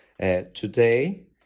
Today